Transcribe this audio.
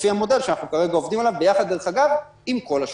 זה לפי המודל שאנחנו עובדים עליו כרגע ביחד עם כל השוק.